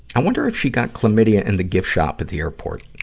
i wonder if she got chlamydia in the gift shop of the airport.